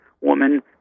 woman